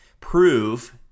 prove